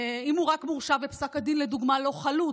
אם הוא רק מורשע ופסק הדין לדוגמה לא חלוט,